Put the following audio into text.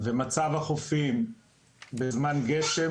ומצב החופים בזמן גשם